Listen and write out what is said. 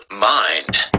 Mind